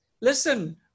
listen